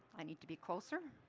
i need to be closer.